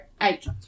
Eight